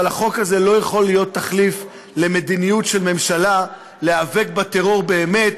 אבל החוק הזה לא יכול להיות תחליף למדיניות של ממשלה להיאבק בטרור באמת